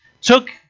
took